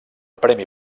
premi